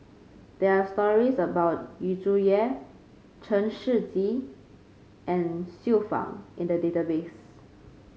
there are stories about Yu Zhuye Chen Shiji and Xiu Fang in the database